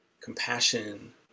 compassion